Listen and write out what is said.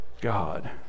God